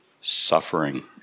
suffering